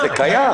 זה קיים.